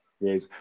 Yes